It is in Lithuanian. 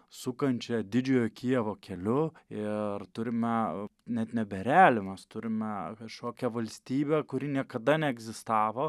sukančią didžiojo kijevo keliu ir turime net nebe erelį mes turime kažkokią valstybę kuri niekada neegzistavo